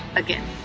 again.